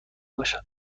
باشد